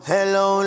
Hello